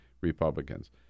Republicans